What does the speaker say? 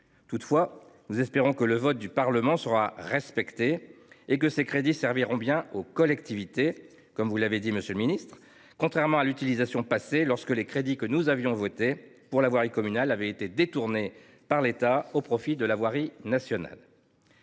Toutefois, nous espérons que le vote du Parlement sera respecté et que ces crédits serviront bien aux collectivités, contrairement à ce que l’on a pu observer dans le passé lorsque les crédits que nous avions votés pour la voirie communale avaient été détournés par l’État au profit de la voirie nationale.